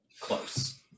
close